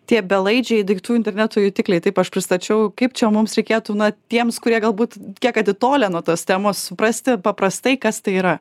tie belaidžiai daiktų interneto jutikliai taip aš pristačiau kaip čia mums reikėtų na tiems kurie galbūt kiek atitolę nuo tos temos suprasti paprastai kas tai yra